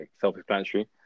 self-explanatory